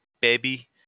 baby